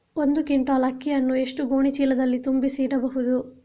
ಒಂದು ಕ್ವಿಂಟಾಲ್ ಅಕ್ಕಿಯನ್ನು ಎಷ್ಟು ಗೋಣಿಚೀಲದಲ್ಲಿ ತುಂಬಿಸಿ ಇಡಬಹುದು?